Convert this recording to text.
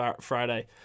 Friday